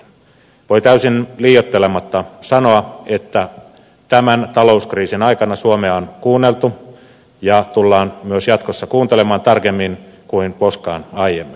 voi täysin liioittelematta sanoa että tämän talouskriisin aikana suomea on kuunneltu ja tullaan myös jatkossa kuuntelemaan tarkemmin kuin koskaan aiemmin